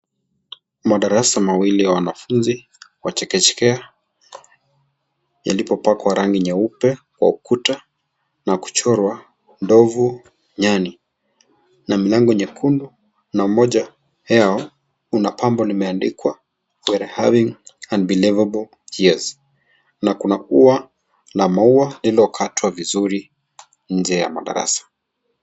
Madarasa mawili ya wanafunzi wa chekechea , yalipo pakwa rangi nyeupe kwa ukuta na kuchorwa ndovu, nyani na milango nyekundu na mmoja yao una pambo limeandikwa we are having unbelievable years na kuna ua na maua lilikatwa vizuri nje ya madarasa.